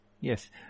Yes